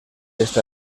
esta